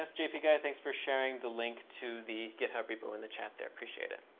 ah jp and guy, thanks for sharing the link to the github repo in the chat there, appreciate it.